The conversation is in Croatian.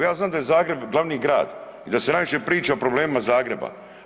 Ja znam da je Zagreb glavni grad i da se najviše priča o problemima Zagreba.